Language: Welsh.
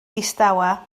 distawa